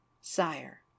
Sire